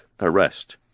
arrest